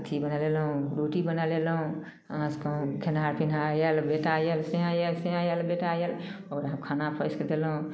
अथी नै लेलहुँ रोटी नै लेलहुँ हमरासभके खेनिहार पिनिहार आएल बेटा आएल सैँए आएल सैँए आएल बेटा आएल आओर हम खाना परोसिकऽ देलहुँ